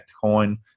coin